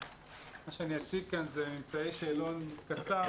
שאציג כאן זה ממצאי שאלון קצר,